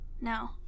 No